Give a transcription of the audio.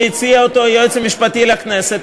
שהציע אותו היועץ המשפטי לכנסת,